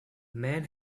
men